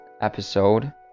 episode